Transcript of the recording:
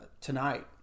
tonight